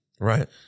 Right